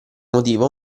motivo